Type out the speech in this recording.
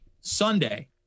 Sunday